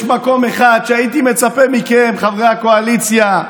יש מקום אחד שהייתי מצפה מכם, חברי הקואליציה,